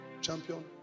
champion